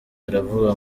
aravuga